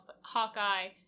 Hawkeye